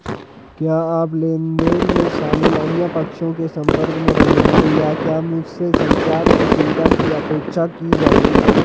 क्या आप लेन देन में शामिल अन्य पक्षों के संपर्क में रहेंगे या क्या मुझसे संचार की सुविधा की अपेक्षा की जाएगी?